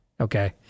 okay